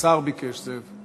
השר ביקש, זאב.